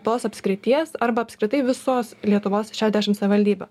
tos apskrities arba apskritai visos lietuvos šešiasdešim savivaldybių